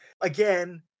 again